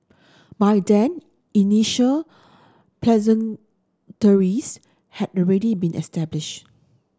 by then initial had already been established